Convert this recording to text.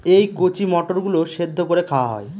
এই কচি মটর গুলো সেদ্ধ করে খাওয়া হয়